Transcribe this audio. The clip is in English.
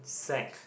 sac